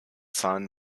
zahlen